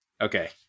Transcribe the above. Okay